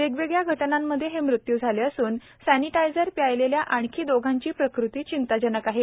वेगवेगळ्या घटनांमध्ये हे मृत्यू झाले असून सॅनिटायझर पिलेल्या आणखी दोघांची प्रकृती चिंताजनक आहे